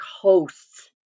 hosts